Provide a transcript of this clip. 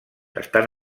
estan